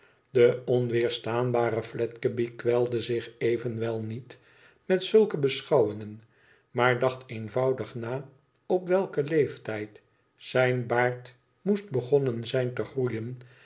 de onweerstaanbare fledgeby kwelde zich evenwel niet met zulke beschouwingen maar dacht eenvoudig na op welken leeftijd zijn baard moest begonnen zijn te groeien